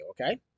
okay